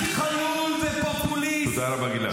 חלול ופופוליסט -- תודה רבה גלעד.